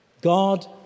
God